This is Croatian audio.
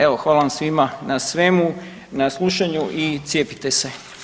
Evo hvala vam svima na svemu, na slušanju i cijepite se.